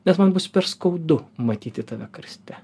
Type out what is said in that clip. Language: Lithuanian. nes man bus per skaudu matyti tave karste